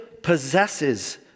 possesses